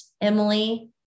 Emily